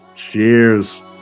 Cheers